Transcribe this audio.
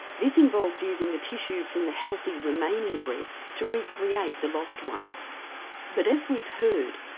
this involves using the tissue from the healthy remaining breast to recreate the lost one but as we've heard,